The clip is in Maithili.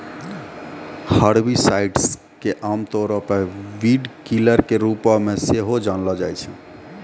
हर्बिसाइड्स के आमतौरो पे वीडकिलर के रुपो मे सेहो जानलो जाय छै